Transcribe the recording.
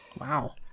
Wow